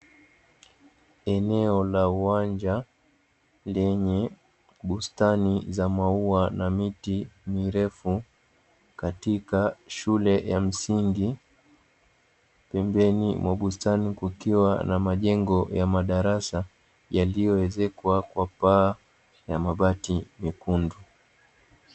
Eneo la uwanja lenye bustani za maua na miti mirefu katika shule ya msingi, pembeni mwa bustani kukiwa na majengo ya madarasa yaliyoezekwa kwa paa la mabati mekundu.